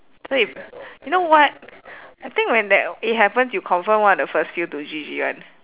so if you know what I think when that it happens you confirm one of the first few to G_G [one]